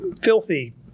filthy